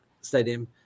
Stadium